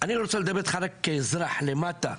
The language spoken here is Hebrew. ואני רוצה לדבר איתך כאזרח למטה.